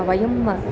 वयम्